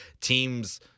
teams